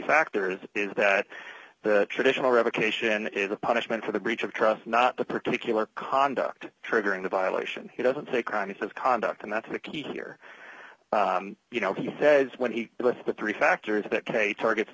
factors is that the traditional revocation is a punishment for the breach of trust not the particular conduct triggering the violation he doesn't say crimes of conduct and that's the key here you know he says when he left the three factors that k targets